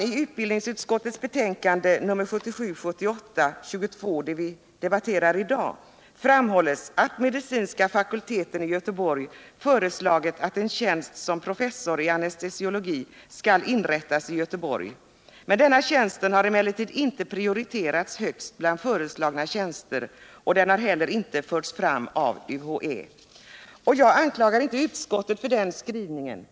I utbildningsutskottets betänkande 1977/78:22 framhålls att medicinska fakulteten i Göteborg föreslagit att en tjänst som professor i anestesiologi skall inrättas i Göteborg. Denna tjänst har emellertid inte prioriterats högst bland föreslagna tjänster, och den har heller inte förts fram av UHÄ. Jag anklagar inte utskottet för den skrivning man gjort.